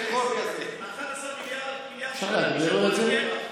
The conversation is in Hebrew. ה-11 מיליארד, אפשר להגביר לו את זה?